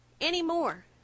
Anymore